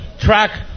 track